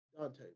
Dante